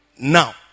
now